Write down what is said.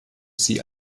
sie